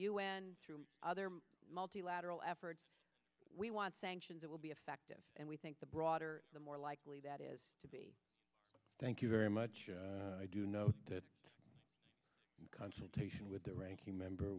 n through other multilateral effort we want sanctions that will be effective and we think the broader the more likely that is to be thank you very much i do know the consultation with the ranking member